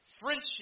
Friendship